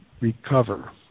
recover